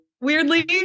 weirdly